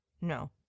no